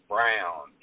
Brown